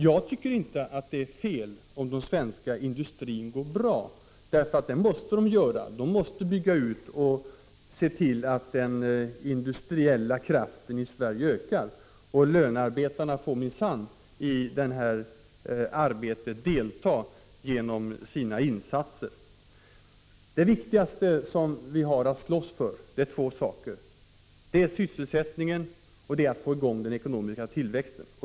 Jag tycker inte det är fel om den svenska industrin går bra. Det måste den göra. Den måste bygga ut så att den industriella kraften i Sverige ökar, och löntagarna får minsann delta i det arbetet genom sina insatser. Det viktigaste vi har att slåss för är två saker: det är sysselsättningen och det är att få i gång den ekonomiska tillväxten.